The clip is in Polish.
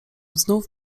znów